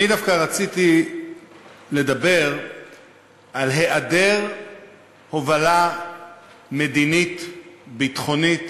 אני דווקא רציתי לדבר על היעדר הובלה מדינית-ביטחונית